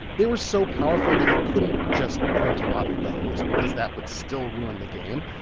they were so powerful that you couldn't just print a lot of those because that would still ruin the game.